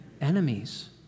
enemies